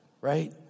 right